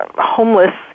homeless